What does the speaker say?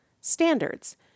standards